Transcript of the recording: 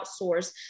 outsource